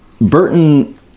Burton